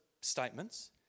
statements